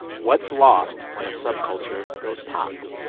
what's lost when a subculture goes pop?